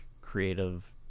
creative